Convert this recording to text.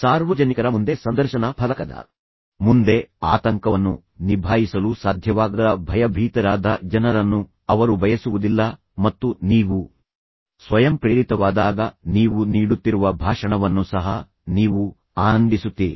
ಸಾರ್ವಜನಿಕರ ಮುಂದೆ ಸಂದರ್ಶನ ಫಲಕದ ಮುಂದೆ ಆತಂಕವನ್ನು ನಿಭಾಯಿಸಲು ಸಾಧ್ಯವಾಗದ ಭಯಭೀತರಾದ ಜನರನ್ನು ಅವರು ಬಯಸುವುದಿಲ್ಲ ಮತ್ತು ನೀವು ಸ್ವಯಂಪ್ರೇರಿತವಾದಾಗ ನೀವು ನೀಡುತ್ತಿರುವ ಭಾಷಣವನ್ನು ಸಹ ನೀವು ಆನಂದಿಸುತ್ತೀರಿ